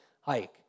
hike